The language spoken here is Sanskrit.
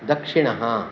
दक्षिणः